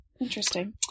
Interesting